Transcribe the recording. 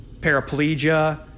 paraplegia